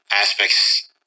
aspects –